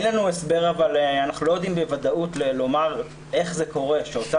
אבל אנחנו לא יודעים בוודאות לומר איך זה קורה שאותן